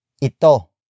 ito